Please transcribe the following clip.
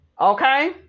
Okay